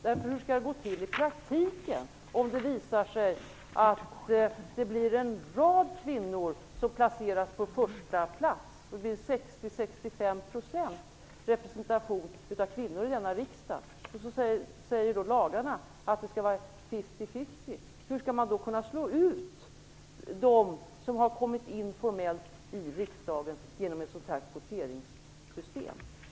Hur skall det gå till i praktiken om det visar sig att det blir en rad kvinnor som placeras på första plats? Om det blir 60-65 % representation av kvinnor i riksdagen och det samtidigt sägs i lagarna att det skall vara fifty-fifty - hur skall man då kunna få ut dem som har kommit in formellt i riksdagen genom ett sådant kvoteringssystem?